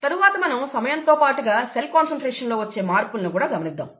తరువాత మనం సమయం తో పాటుగా సెల్ కాన్సన్ట్రేషన్ లో వచ్చే మార్పులను గమనిద్దాం